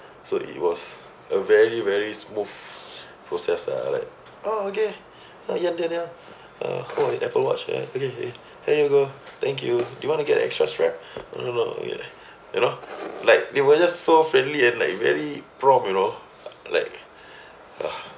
so it was a very very smooth process ah like oh okay ian daniel oh your Apple watch right okay okay here you go thank you do you want to get extra strap no no no you know like they were just so friendly and like very prompt you know like